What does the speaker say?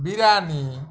biryani